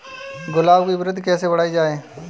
गुलाब की वृद्धि कैसे बढ़ाई जाए?